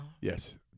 Yes